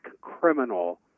criminal